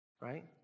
Right